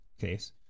case